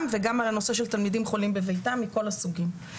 וגם על הנושא של תלמידים חולים בביתם מכל הסוגים.